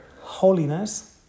holiness